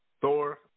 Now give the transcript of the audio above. Thor